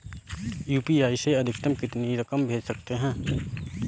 UPI से अधिकतम कितनी रकम भेज सकते हैं?